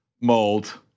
mold